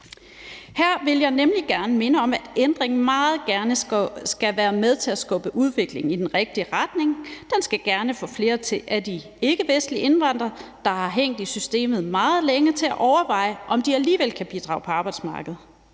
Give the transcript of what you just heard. Her vil jeg nemlig gerne minde om, at ændringen meget gerne skal være med til at skubbe udviklingen i den rigtig retning. Det skal gerne få flere af de ikkevestlige indvandrere, der har hængt i systemet meget længe, til at overveje, om de alligevel kan bidrage på arbejdsmarkedet.